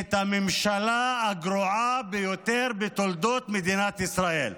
את הממשלה הגרועה ביותר בתולדות מדינת ישראל.